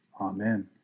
Amen